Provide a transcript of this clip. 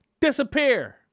disappear